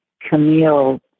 Camille